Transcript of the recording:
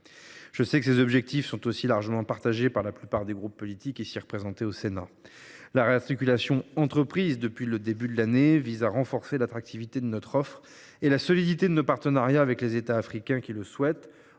Je sais que ces objectifs sont aussi largement partagés par la plupart des groupes politiques représentés au Sénat. La réarticulation entreprise depuis le début de l’année vise à renforcer l’attractivité de notre offre et la solidité de nos partenariats avec les États africains qui le souhaitent,